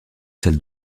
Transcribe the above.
salle